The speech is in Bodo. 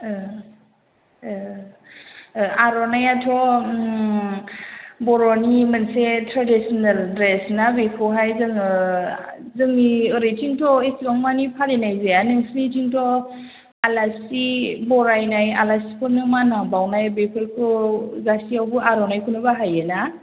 आर'नायइआथ' बर'नि मोनसे ट्रेडिसोनेल ड्रेस ना बेखौहाय जोङो जोंनि ओरैथिंथ' एसेबां माने फालिनाय जाया नोंसोरनिथिंथ' आलासि बरायनाय आरो आलासिखौ मान बावनाय बेफोरखौ गासैयावबो आर'नाइखौनो बाहायो ना